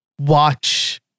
watch